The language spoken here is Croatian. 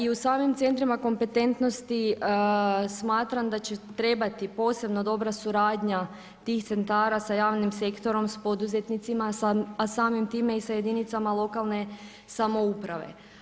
I u samim centrima kompetentnosti smatram da će trebati posebno dobra suradnja tih centara sa javnom sektorom, sa poduzetnicima, a samim time i sa jedinice lokalne samouprave.